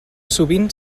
sovint